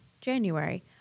January